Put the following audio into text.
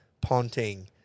Ponting